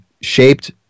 shaped